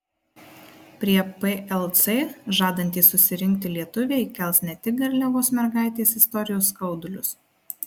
prie plc žadantys susirinkti lietuviai kels ne tik garliavos mergaitės istorijos skaudulius